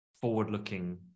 forward-looking